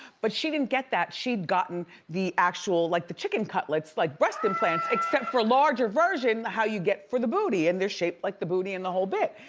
but she didn't get that. she'd gotten the actual, like the chicken cutlets like breast implants, except for larger version how you get for the booty and they're shaped like the booty and the whole bit.